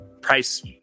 price